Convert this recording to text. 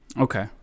Okay